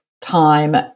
time